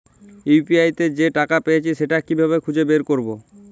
UPI তে যে টাকা পেয়েছি সেটা কিভাবে খুঁজে বের করবো?